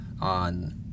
on